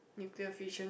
nuclear fusion